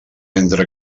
entre